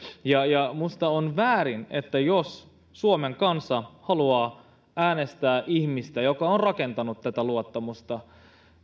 minusta on väärin että jos suomen kansa haluaa äänestää ihmistä joka on rakentanut tätä luottamusta